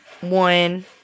one